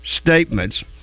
statements